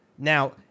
Now